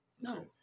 No